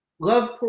Love